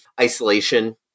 isolation